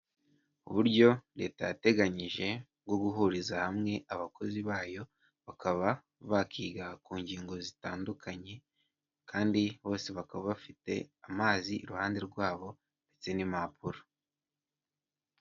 Uburyo leta yateganyije bwo guhuriza hamwe abakozi bayo bakaba bakiga ku ngingo zitandukanye kandi bose bakaba bafite amazi iruhande rwabo ndetse n'impapuro.